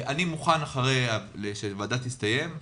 אחרי שהוועדה תסתיים,